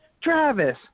Travis